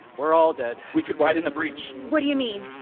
we're all dead we could widen the breach what do you mean?